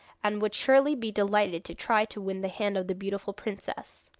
and would surely be delighted to try to win the hand of the beautiful princess.